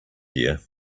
here